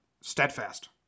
Steadfast